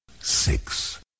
six